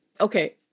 Okay